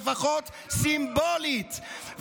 לפחות סימבולית.